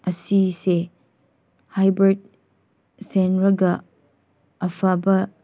ꯑꯁꯤꯁꯦ ꯍꯥꯏꯕ꯭ꯔꯤꯠ ꯁꯦꯝꯂꯒ ꯑꯐꯕ